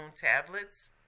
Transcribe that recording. tablets